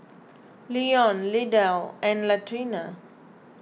Leon Lydell and Latrina